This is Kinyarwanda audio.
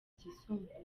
byisumbuyeho